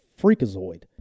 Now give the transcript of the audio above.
freakazoid